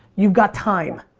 you've got time.